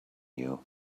you